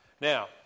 Now